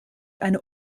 eine